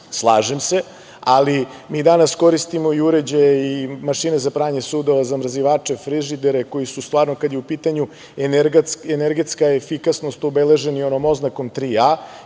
Slažem se, ali mi danas koristimo i uređaje i mašine za pranje sudova, zamrzivače, frižidere, koji su stvarno kad je u pitanju energetska efikasnost obeleženi onom oznakom AAA.